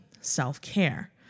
self-care